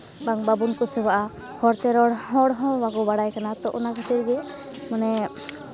ᱵᱟᱝ ᱵᱟᱵᱚᱱ ᱠᱩᱥᱤᱭᱟᱜᱼᱟ ᱦᱚᱲᱛᱮ ᱨᱚᱲ ᱦᱚᱲ ᱦᱚᱸ ᱵᱟᱵᱚᱱ ᱵᱟᱲᱟᱭ ᱠᱟᱱᱟ ᱛᱚ ᱚᱱᱟ ᱠᱷᱟᱹᱛᱤᱨ ᱜᱮ ᱢᱟᱱᱮ